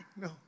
No